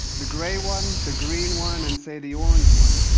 the gray one, the green one, and, say, the orange one.